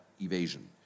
evasion